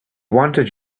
wanted